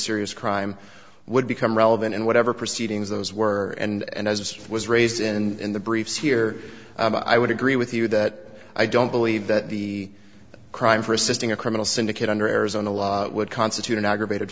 serious crime would become relevant in whatever proceedings those were and as it was raised in the briefs here i would agree with you that i don't believe that the crime for assisting a criminal syndicate under arizona law would constitute an aggravated